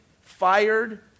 fired